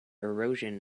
erosion